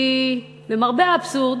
כי למרבה האבסורד,